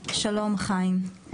שלום, חיים.